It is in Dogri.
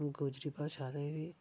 गोजरी भाशा दे बी